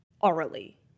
orally